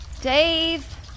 Dave